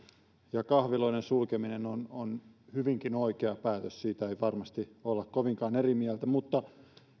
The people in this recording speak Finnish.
ja kahviloiden sulkeminen on on hyvinkin oikea päätös siitä ei varmasti olla kovinkaan eri mieltä mutta